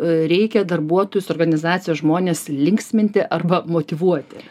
reikia darbuotojus organizacijos žmones linksminti arba motyvuoti